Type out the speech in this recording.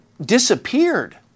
disappeared